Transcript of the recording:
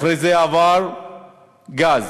אחרי זה עבר גז,